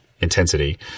intensity